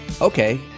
Okay